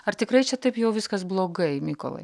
ar tikrai čia taip jau viskas blogai mykolai